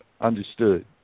understood